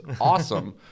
awesome